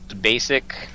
basic